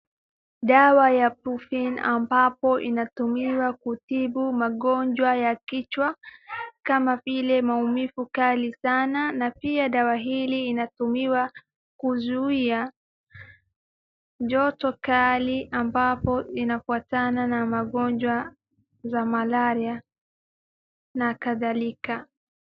Dawa ya brufen ambayo inatumiwa kutibu magonjwa ya kichwa, kama vile maumivu kali sana. Na pia dawa hili inatumiwa kuzuia joto kali ambapo inafuatana na magonjwa za malaria na kadhalika.